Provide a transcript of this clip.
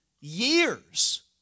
years